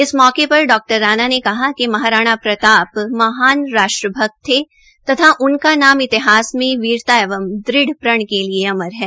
इस मौके पर डा राणा ने कहा कि महाराणा प्रताप महान राष्ट्रभक्त थे तथा उनका नाम इतिहास में वीरता एवं दृढ़ प्रण के लिये अमर है